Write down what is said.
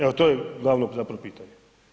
Evo, to je glavno zapravo pitanje.